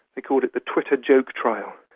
they called it the twitter joke trial,